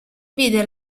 vide